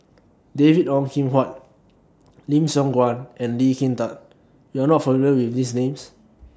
David Ong Kim Huat Lim Siong Guan and Lee Kin Tat YOU Are not familiar with These Names